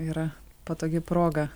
yra patogi proga